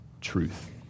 truth